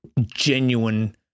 Genuine